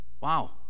Wow